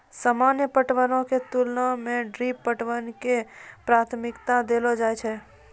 सामान्य पटवनो के तुलना मे ड्रिप पटवन के प्राथमिकता देलो जाय छै